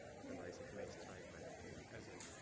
otherwise it may strike back as a,